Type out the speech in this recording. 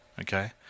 Okay